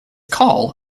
call